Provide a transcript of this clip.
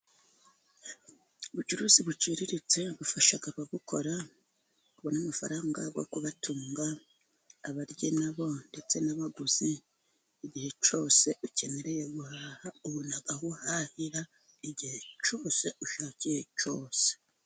Ubucuruzi buciriritse, bufasha ababukora kubona amafaranga yo kubatunga, abaryi nabo ndetse n'abaguzi, igihe cyose ukeneye guhaha, ubona aho uhahira, igihe cyose ushakiye cyose.